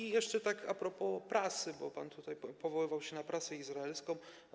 I jeszcze tak a propos prasy, bo pan tutaj powoływał się na prasę izraelską.